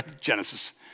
Genesis